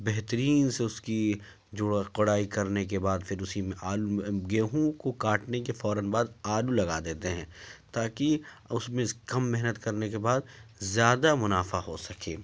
بہترین سے اس کی جوڑ کوڑائی کرنے کے بعد فر اسی میں آلو گیہوں کو کاٹنے کے فوراََ بعد آلو لگا دیتے ہیں تاکہ اس میں سے کم محنت کرنے کے بعد زیادہ منافع ہو سکے